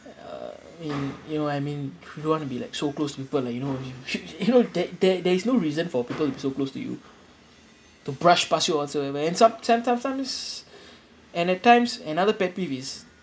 uh I mean you know what I mean you don't want to be like so close to people like you know when you you know there there there is no reason for people to be so close to you to brush past you or whatsoever and some some sometimes times and at times another pet peeves is